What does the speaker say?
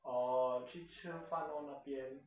哦去吃那饭 lor 那边